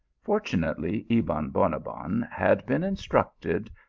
fortunately ebon bonabbon had been instructed,